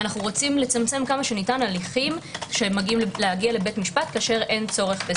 אנו רוצים לצמצם כמה שניתן הליכים להגיע לבית משפט כאשר אין בכך צורך.